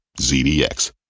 ZDX